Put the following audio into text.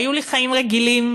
היו לי חיים רגילים,